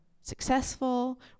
successful